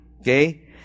Okay